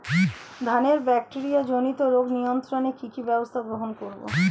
ধানের ব্যাকটেরিয়া জনিত রোগ নিয়ন্ত্রণে কি কি ব্যবস্থা গ্রহণ করব?